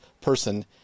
person